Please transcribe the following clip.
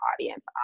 audience